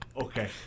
Okay